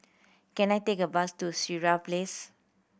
can I take a bus to Sireh Place